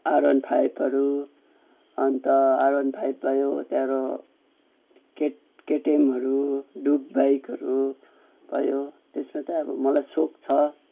are one फाइभहरू अन्त R one five भयो त्यहाँबाट केट केटिएमहरू ड्युक बाइकहरू भयो त्यसमा चाहिँ अब मलाई सोख छ